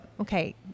okay